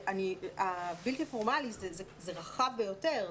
החינוך הבלתי פורמלי זה רחב ביותר.